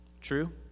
True